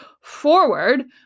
forward